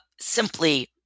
simply